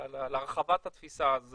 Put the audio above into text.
להרחבת התפיסה.